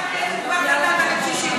כמה כסף כבר נתת לקשישים,